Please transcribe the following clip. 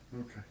Okay